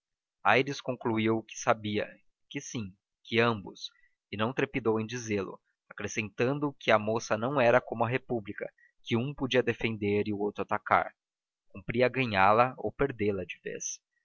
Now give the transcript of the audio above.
aires concluiu o que sabia que sim que ambos e não trepidou em dizê-lo acrescentando que a moça não era como a república que um podia defender e outro atacar cumpria ganhá-la ou perdê-la de vez